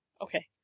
Okay